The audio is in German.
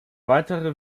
weitere